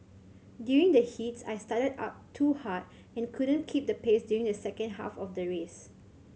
during the heats I started out too hard and couldn't keep the pace during the second half of the race